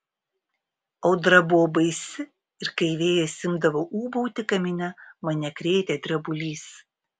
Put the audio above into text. audra buvo baisi ir kai vėjas imdavo ūbauti kamine mane krėtė drebulys